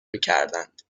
میکردند